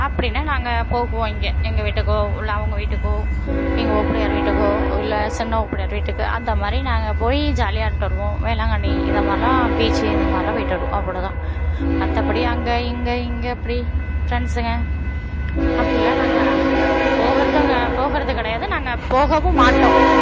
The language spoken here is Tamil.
அப்படின்னா நாங்கள் போவோம் இங்கே எங்கள் வீட்டுக்கோ இல்லை அவங்க வீட்டுக்கோ எங்கள் ஓப்படியார் வீட்டுக்கோ இல்லை சின்ன ஓப்படியார் வீட்டுக்கு அந்த மாதிரி நாங்கள் போய் ஜாலியாக இருந்துட்டு வருவோம் வேளாங்கண்ணி இது மாதிரிலாம் பீச்சு இந்த மாதிரிலாம் போய்விட்டு வருவோம் அப்படி தான் மற்றபடி அங்கே இங்கே இங்கே அப்படி ஃப்ரெண்ட்ஸுங்க அப்புடில்லாம் நாங்கள் போகிறதும் க போகிறது கிடையாது நாங்கள் போகவும் மாட்டோம்